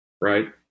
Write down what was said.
right